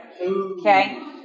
Okay